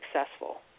successful